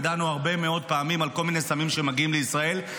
ודנו הרבה מאוד פעמים על כל מיני סמים שמגיעים לישראל,